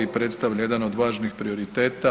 Predstavlja jedan od važnijih prioriteta.